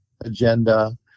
agenda